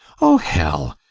oh, hell!